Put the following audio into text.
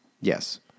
Yes